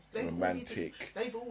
romantic